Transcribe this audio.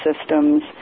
systems